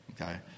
Okay